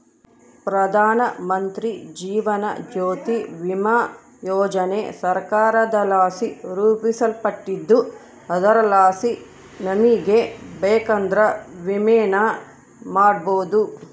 ಪ್ರಧಾನಮಂತ್ರಿ ಜೀವನ ಜ್ಯೋತಿ ಭೀಮಾ ಯೋಜನೆ ಸರ್ಕಾರದಲಾಸಿ ರೂಪಿಸಲ್ಪಟ್ಟಿದ್ದು ಅದರಲಾಸಿ ನಮಿಗೆ ಬೇಕಂದ್ರ ವಿಮೆನ ಮಾಡಬೋದು